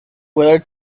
whether